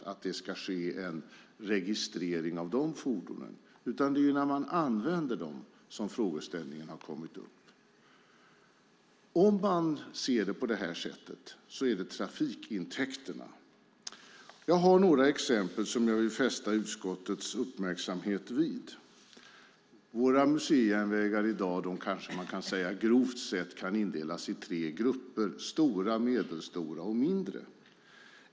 Det är när fordonen används som frågeställningen gäller. Om man ser detta på det sättet handlar det om trafikintäkterna. Jag har några exempel som jag vill göra utskottet uppmärksamt på. Våra museijärnvägar i dag kan grovt sett indelas i tre grupper: stora, medelstora och mindre.